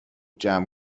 جمع